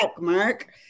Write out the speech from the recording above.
Mark